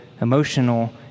emotional